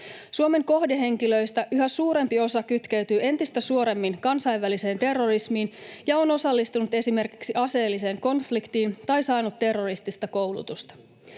Suomen kohdehenkilöistä yhä suurempi osa kytkeytyy entistä suoremmin kansainväliseen terrorismiin ja on osallistunut esimerkiksi aseelliseen konfliktiin tai saanut terroristista koulutusta.